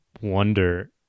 wonder